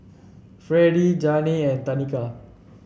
Fredie Janey and Tanika